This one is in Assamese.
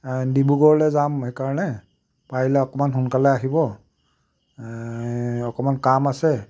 ডিব্ৰুগড়লৈ যাম সেইকাৰণে পাৰিলে অকণমান সোনকালে আহিব অকণমান কাম আছে